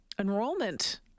Enrollment